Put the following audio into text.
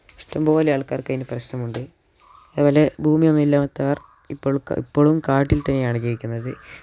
ഇഷ്ടംപോലെ ആൾക്കാർക്ക് അതിന് പ്രശ്നമുണ്ട് അതുപോലെ ഭൂമിയൊന്നുമില്ലാത്തവര് ഇപ്പോൾ ഇപ്പോഴും കാട്ടിൽ തന്നെയാണ് ജീവിക്കുന്നത്